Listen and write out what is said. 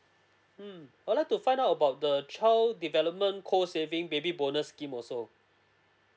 mm I'd like to find out about the child development co saving baby bonus scheme also